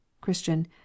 christian